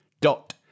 dot